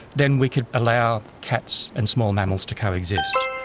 then we could allow cats and small mammals to co-exist.